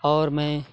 اور میں